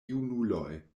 junuloj